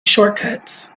shortcuts